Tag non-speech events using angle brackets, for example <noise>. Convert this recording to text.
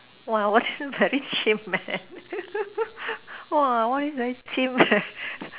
!wah! !wah! this one very chim eh <laughs> !wah! all this very chim eh